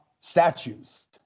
statues